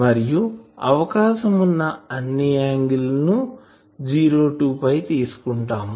మరియు అవకాశం వున్నా అన్నియాంగిల్ లను 0 టూ తీసుకుంటాము